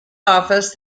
office